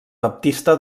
baptista